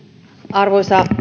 arvoisa